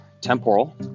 temporal